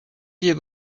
you